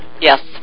Yes